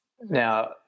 Now